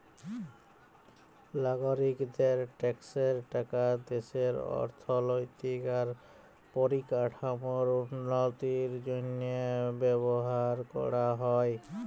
লাগরিকদের ট্যাক্সের টাকা দ্যাশের অথ্থলৈতিক আর পরিকাঠামোর উল্লতির জ্যনহে ব্যাভার ক্যরা হ্যয়